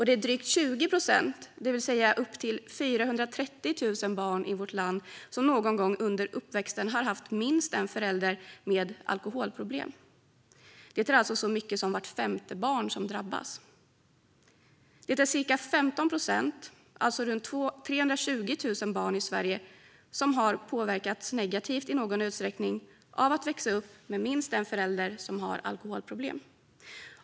Det är drygt 20 procent, det vill säga upp till 430 000 barn i vårt land, som någon gång under uppväxten har haft minst en förälder med alkoholproblem. Det är alltså så mycket som vart femte barn som drabbas. Det är cirka 15 procent, runt 320 000 barn i Sverige, som har påverkats negativt i någon utsträckning av att växa upp med minst en förälder som har alkoholproblem.